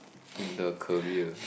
in the career